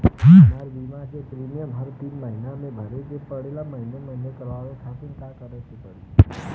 हमार बीमा के प्रीमियम हर तीन महिना में भरे के पड़ेला महीने महीने करवाए खातिर का करे के पड़ी?